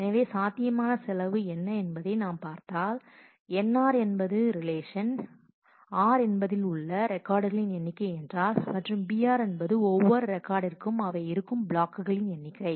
எனவே சாத்தியமான செலவு என்ன என்பதை நாம் பார்த்தால் nr என்பது ரிலேஷன் r என்பதில் உள்ள ரெக்கார்ட் எண்ணிக்கை என்றால் மற்றும் br என்பது ஒவ்வொரு ரெக்கார்டிற்கும் அவை இருக்கும் பிளாக்குகளின் எண்ணிக்கை